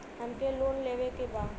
हमके लोन लेवे के बा?